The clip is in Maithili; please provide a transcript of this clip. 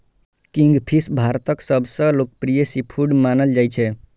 किंगफिश भारतक सबसं लोकप्रिय सीफूड मानल जाइ छै